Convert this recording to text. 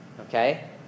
okay